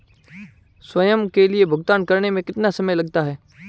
स्वयं के लिए भुगतान करने में कितना समय लगता है?